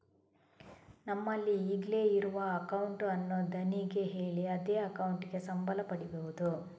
ನಮ್ಮಲ್ಲಿ ಈಗ್ಲೇ ಇರುವ ಅಕೌಂಟ್ ಅನ್ನು ಧಣಿಗೆ ಹೇಳಿ ಅದೇ ಅಕೌಂಟಿಗೆ ಸಂಬಳ ಪಡೀಬಹುದು